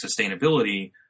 sustainability